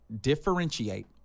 differentiate